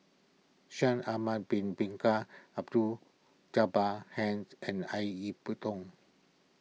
Shaikh Ahmad Bin Bin Jabbar Henn and Ip Yiu Tung